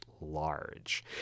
large